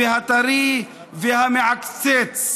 והטרי והמעקצץ.